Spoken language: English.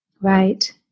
Right